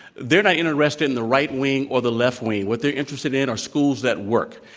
they're not interested in the right wing or the left wing. what they're interested in are schools that work,